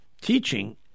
teaching